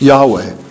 Yahweh